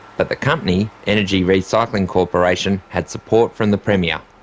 but the company, energy recycling corporation, had support from the premier.